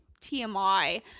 TMI